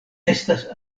estas